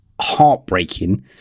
heartbreaking